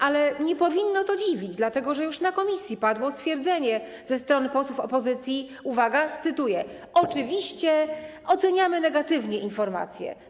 Ale nie powinno to dziwić, dlatego że już na posiedzeniu komisji padło stwierdzenie ze strony posłów opozycji, uwaga, cytuję: Oczywiście oceniamy negatywnie informację.